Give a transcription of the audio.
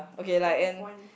I have one